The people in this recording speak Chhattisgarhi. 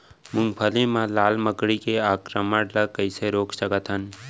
मूंगफली मा लाल मकड़ी के आक्रमण ला कइसे रोक सकत हन?